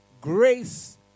grace